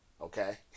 okay